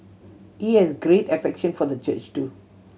he has great affection for the church too